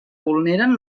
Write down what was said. vulneren